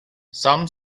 some